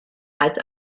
als